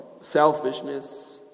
selfishness